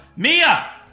Mia